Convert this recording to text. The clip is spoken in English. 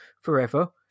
forever